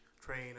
train